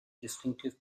distinctive